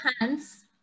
hands